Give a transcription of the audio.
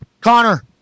Connor